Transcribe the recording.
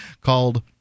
called